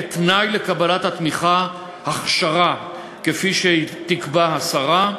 כתנאי לקבלת התמיכה, הכשרה כפי שתקבע השרה,